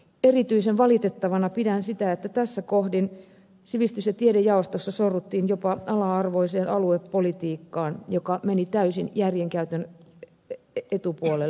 erityisen valitettavana pidän sitä että tässä kohdin sivistys ja tiedejaostossa sorruttiin jopa ala arvoiseen aluepolitiikkaan joka meni täysin järjenkäytön etupuolelle